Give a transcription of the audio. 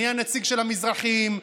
אני הנציג של המזרחים,